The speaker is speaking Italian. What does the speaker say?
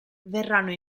verranno